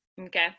Okay